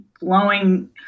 blowing